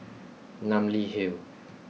Namly Hill